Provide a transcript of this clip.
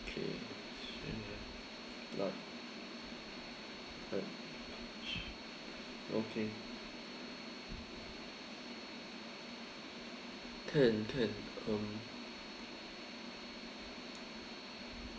okay like like okay can can um